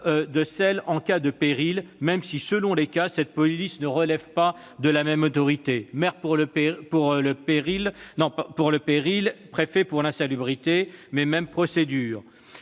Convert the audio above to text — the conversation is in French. de celle existant en cas de péril, même si, selon les cas, cette police ne relève pas de la même autorité- maire pour le péril, préfet pour l'insalubrité, mais même procédure